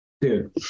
Dude